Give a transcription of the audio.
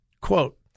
Quote